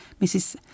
Mrs